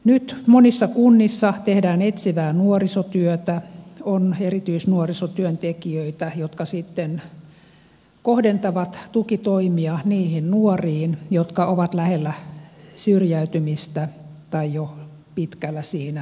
nyt monissa kunnissa tehdään etsivää nuorisotyötä on erityisnuorisotyöntekijöitä jotka sitten kohdentavat tukitoimia niihin nuoriin jotka ovat lähellä syrjäytymistä tai jo pitkällä siinä